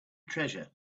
treasure